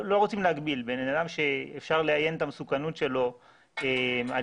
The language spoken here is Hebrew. בן אדם שאפשר לאיין את המסוכנות שלו על